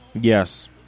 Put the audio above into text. Yes